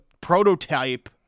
prototype